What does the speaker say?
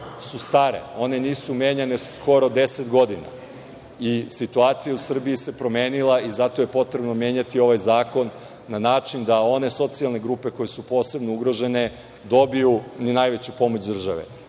su stare. One nisu menjane skoro 10 godina i situacija u Srbiji se promenila, i zato je potrebno menjati ovaj zakona na način da one socijalne grupe koje su posebno ugrožene, dobiju i najveću pomoć države.